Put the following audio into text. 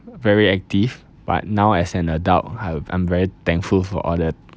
very active but now as an adult I would I'm very thankful for all the